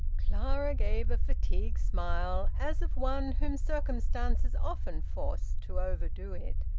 clara gave a fatigued smile, as of one whom circumstances often forced to overdo it.